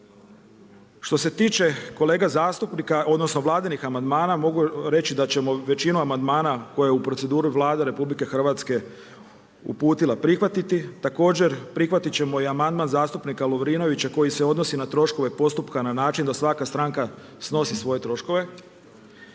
Što se tiče kolega zastupnika odnosno vladinih amandmana mogu reći da ćemo većinu amandmana koje je u proceduru Vlada RH uputila prihvatiti. Također prihvatit ćemo i amandman zastupnika Lovrinovića koji se odnosi na troškove postupka na način da svaka stranka snosi svoje troškove,